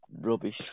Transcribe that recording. rubbish